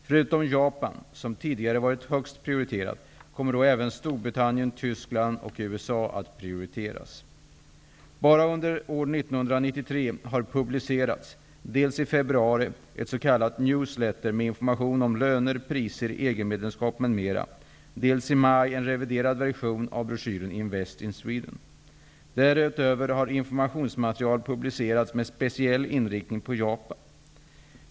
Förutom Japan, som tidigare varit högst prioriterat, kommer då även Storbritannien, Tyskland och USA att prioriteras. Bara under år 1993 har publicerats, dels i februari ett s.k. newsletter med information om löner, priser, EG-medlemskap m.m., dels i maj en reviderad version av broschyren Invest in Sweden. Därutöver har informationsmaterial publicerats med speciell inriktning på Japan.